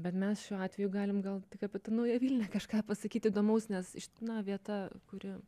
bet mes šiuo atveju galim gal tik apie tą naują vilnią kažką pasakyt įdomaus nes na vieta kuri